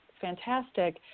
fantastic